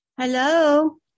Hello